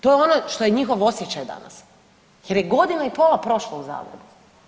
To je ono što je njihov osjećaj danas jer je godina i pola prošlo u Zagrebu.